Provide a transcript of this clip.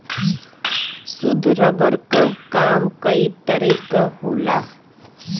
शुद्ध रबर क काम कई तरे क होला